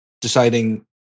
Deciding